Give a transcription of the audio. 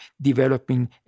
developing